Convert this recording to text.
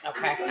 Okay